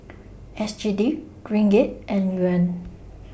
S G D Ringgit and Yuan